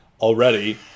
already